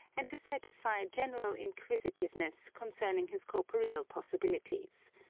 and to satisfy a general inquisitiveness concerning his corporeal possibilities.